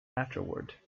afterward